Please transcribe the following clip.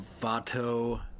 vato